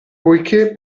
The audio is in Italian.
poiché